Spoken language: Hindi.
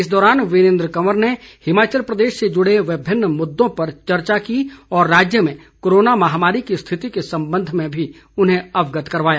इस दौरान वीरेन्द्र कंवर ने हिमाचल प्रदेश से जुड़े विभिन्न मुददों पर चर्चा की और राज्य में कोरोना महामारी की स्थिति के संबंध में भी उन्हें अवगत करवाया